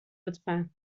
لطفا